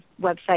website